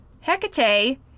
Hecate